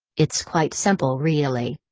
it's quite simple really.